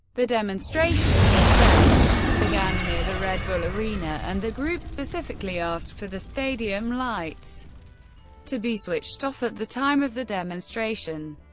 the demonstration was set to begin near the red bull arena, and the group specifically asked for the stadium lights to be switched off at the time of the demonstration.